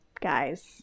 guys